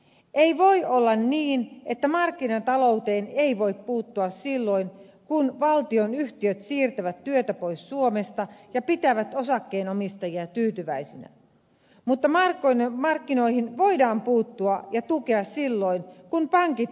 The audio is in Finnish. ei voi olla niin että markkinatalouteen ei voi puuttua silloin kun valtionyhtiöt siirtävät työtä pois suomesta ja pitävät osakkeenomistajia tyytyväisinä mutta markkinoihin voidaan puuttua ja niitä tukea silloin kun pankit joutuvat vaikeuksiin ja kriisi uhkaa